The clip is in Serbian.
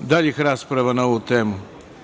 daljih rasprava na ovu temu. Pošto